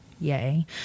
Yay